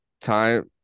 time